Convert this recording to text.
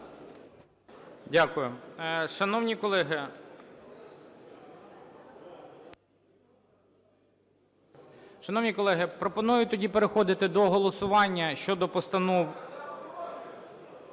Дякую. Шановні колеги, пропоную тоді переходити до голосування щодо постанов…